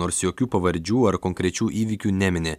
nors jokių pavardžių ar konkrečių įvykių nemini